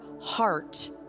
heart